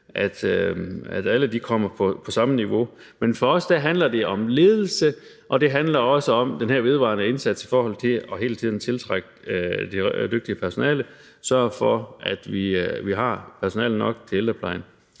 at alle kommer på det samme niveau. Men for os handler det om ledelse, og det handler også om den her vedvarende indsats i forhold til hele tiden at tiltrække det dygtige personale og sørge for, at vi har personale nok til ældreplejen.